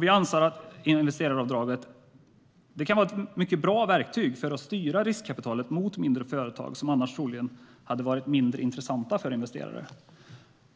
Vi anser att investeraravdraget kan vara ett mycket bra verktyg för att styra riskkapitalet mot mindre företag som annars förmodligen hade varit mindre intressanta för investerare.